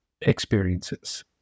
experiences